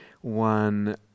one